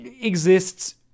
exists